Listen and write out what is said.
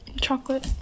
Chocolate